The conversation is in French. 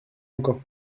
encore